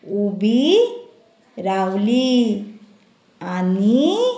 उबी रावली आनी